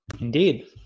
Indeed